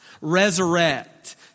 resurrect